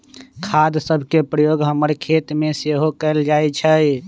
खाद सभके प्रयोग हमर खेतमें सेहो कएल जाइ छइ